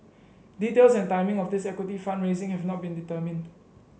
details and timing of this equity fund raising have not been determined